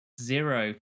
zero